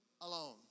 alone